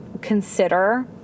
consider